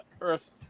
Earth